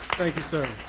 thank you, sir.